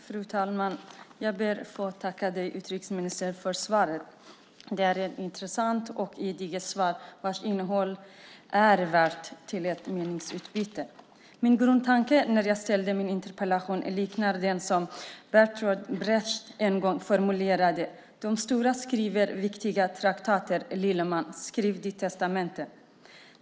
Fru talman! Jag ber att få tacka utrikesministern för svaret. Det är ett intressant och gediget svar vars innehåll är värt ett meningsutbyte. Min grundtanke när jag ställde interpellationen liknar den som Bertolt Brecht en gång formulerade: De stora skriver viktiga traktater. Lilleman skriv ditt testamente.